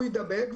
הוא יידבק,